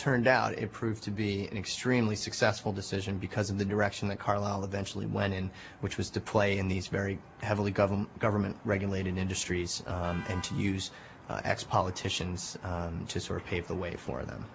turned out it proved to be an extremely successful decision because of the direction that carlyle eventually went in which was to play in these very heavily government government regulated industries and to use x politicians to sort of pave the way for them